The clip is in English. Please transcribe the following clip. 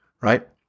right